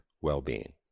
well-being